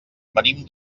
venim